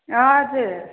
हजुर